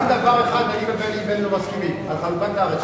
רק בדבר אחד אני ובני בגין לא מסכימים: על חלוקת הארץ.